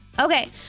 Okay